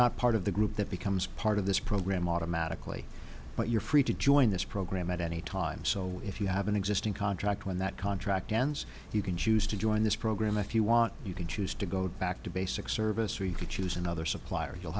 not part of the group that becomes part of this program automatically but you're free to join this program at any time so if you have an existing contract when that contract ends you can choose to join this program if you want you can choose to go back to basic service or you can choose another supplier you'll